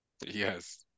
Yes